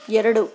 ಎರಡು